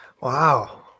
Wow